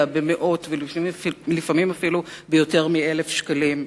במאות ולפעמים אפילו ביותר מ-1,000 שקלים.